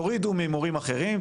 תורידו ממורים אחרים,